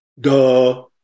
Duh